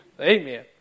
Amen